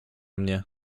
mnie